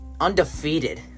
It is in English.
Undefeated